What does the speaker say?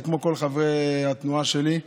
זה כמו כל חברי התנועה שלי,